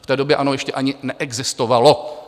V té době ANO ještě ani neexistovalo.